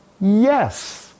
Yes